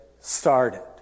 started